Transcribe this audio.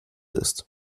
ist